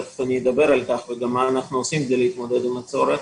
ותיכף אדבר על כך וגם על מה אנו עושים כדי להתמודד עם הצורך.